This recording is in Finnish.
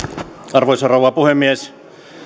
arvoisa rouva puhemies